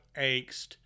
angst